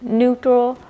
neutral